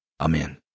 Amen